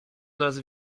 nas